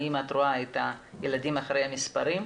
האם את רואה את הילדים מאחרי המספרים.